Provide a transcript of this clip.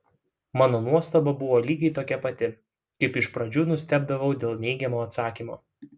mano nuostaba buvo lygiai tokia pati kaip iš pradžių nustebdavau dėl neigiamo atsakymo